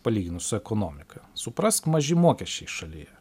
palyginus su ekonomika suprask maži mokesčiai šalyje